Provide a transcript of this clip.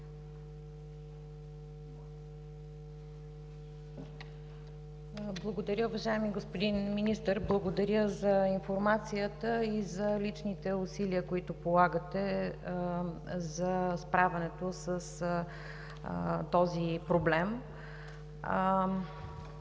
Благодаря, уважаеми господин Министър. Благодаря за информацията и за личните усилия, които полагате за справянето с този проблем.